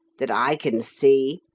that i can see.